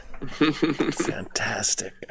Fantastic